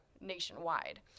nationwide